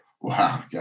wow